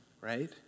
right